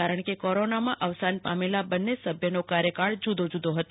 કારણ કે કોરોનામાં અવસાન પામેલા બંન્ને સભ્યોનો કાર્યકાલ જુદો જુદો હતો